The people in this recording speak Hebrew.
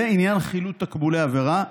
לעניין חילוט תקבולי עבירה,